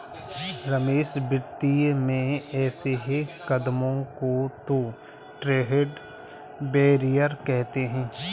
रमेश वित्तीय में ऐसे कदमों को तो ट्रेड बैरियर कहते हैं